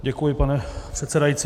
Děkuji, pane přesedající.